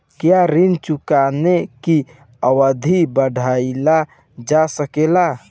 क्या ऋण चुकाने की अवधि बढ़ाईल जा सकेला?